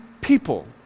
people